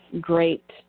great